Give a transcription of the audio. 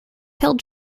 tailed